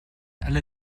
alle